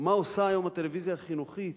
מה עושה היום הטלוויזיה החינוכית,